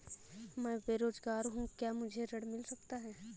मैं बेरोजगार हूँ क्या मुझे ऋण मिल सकता है?